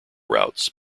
routes